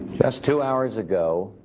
just two hours ago,